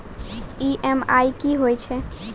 EMI कि होय छै?